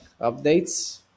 updates